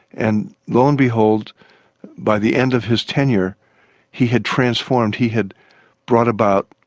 and lo and behold by the end of his tenure he had transformed, he had brought about,